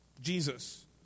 Jesus